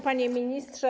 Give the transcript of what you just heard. Panie Ministrze!